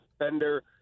defender